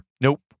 nope